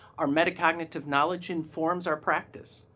our metacognitive knowledge informs our practice,